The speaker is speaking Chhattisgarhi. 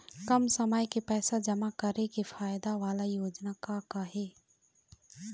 कम समय के पैसे जमा करे के फायदा वाला योजना का का हे?